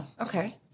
Okay